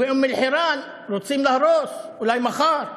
באום-אלחיראן רוצים להרוס אולי מחר.